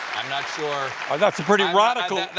i'm not sure that's pretty radical.